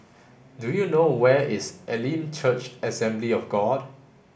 do you know where is Elim Church Assembly of God